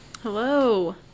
Hello